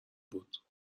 بود